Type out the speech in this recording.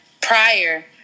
prior